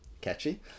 Catchy